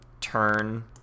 turn